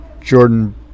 Jordan